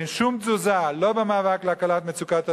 ואין שום תזוזה, לא במאבק להקלת מצוקת הדיור,